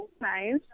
nice